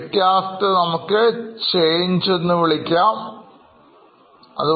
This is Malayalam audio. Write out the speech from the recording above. വ്യത്യാസംനമുക്ക്Changeഎന്നുവിളിക്കാവുന്നതാണ്